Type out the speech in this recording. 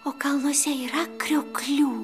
o kalnuose yra krioklių